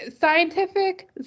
scientific